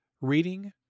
reading